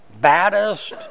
baddest